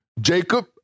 Jacob